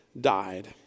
died